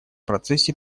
процессе